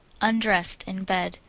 undressed in bed.